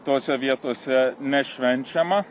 tose vietose nešvenčiama